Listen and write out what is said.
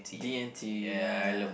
D and T ya